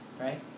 right